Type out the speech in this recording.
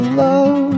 love